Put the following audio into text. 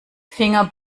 finger